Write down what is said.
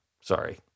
sorry